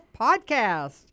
podcast